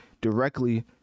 directly